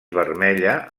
vermella